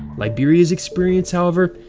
liberia's experience, however,